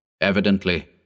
Evidently